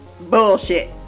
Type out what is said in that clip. bullshit